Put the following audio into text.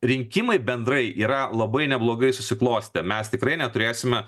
rinkimai bendrai yra labai neblogai susiklostę mes tikrai neturėsime